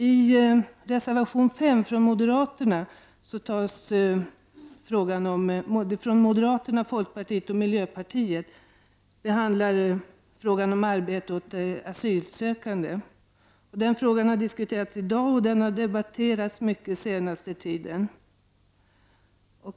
I reservation 5 från moderaterna, folkpartiet och miljöpartiet behandlas frågan om arbete åt asylsökande. Denna fråga har debatterats i dag, och den har diskuterats mycket den senaste tiden.